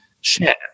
share